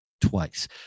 twice